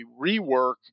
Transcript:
rework